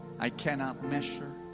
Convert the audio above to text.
i cannot measure.